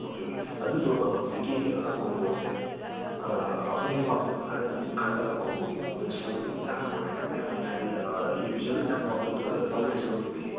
okay okay ꯑꯗꯨꯗꯣ ꯍꯧꯖꯤꯛꯀꯤ ꯀꯣꯝꯕꯣꯁꯦ ꯑꯥ ꯑꯩꯈꯣꯏꯅ ꯍꯦꯟꯅ ꯄꯥꯝꯖꯕ ꯈꯔꯗꯨꯝ ꯈꯜꯂꯒ ꯀꯣꯝꯕꯣꯒꯤ ꯃꯋꯣꯡꯗ ꯁꯦꯝꯕꯗꯤ ꯑꯗꯨꯝ ꯌꯥꯒꯗ꯭ꯔꯥ ꯀꯃꯥꯏꯇꯧꯅꯤ ꯑꯩꯈꯣꯏꯅ ꯍꯥꯏꯗꯤ ꯏꯟꯗꯤꯕꯤꯖꯨꯋꯦꯜ ꯑꯣꯏꯅ ꯑꯃꯃꯝ ꯂꯧꯗꯣꯏ ꯂꯧꯒꯗꯣꯏ ꯁꯔꯨꯛꯄꯨꯗꯤ